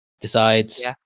decides